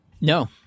No